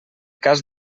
cas